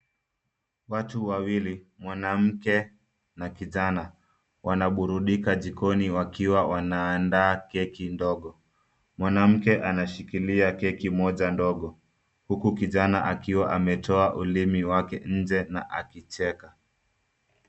Watu wawili, mwanamke na kijana wanaburudika jikoni wakiwa wanaandaa keki ndogo. Mwanamke anashikilia keki moja ndogo huku kijana akiwa ametoa ulimi wake nje na akicheka.